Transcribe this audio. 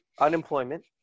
unemployment